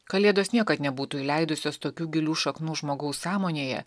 kalėdos niekad nebūtų įleidusios tokių gilių šaknų žmogaus sąmonėje